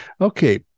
okay